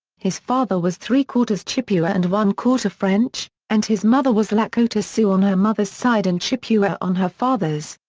his father was three-quarters chippewa ah and one-quarter french, and his mother was lakota sioux on her mother's side and chippewa on her father's.